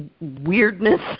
weirdness